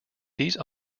these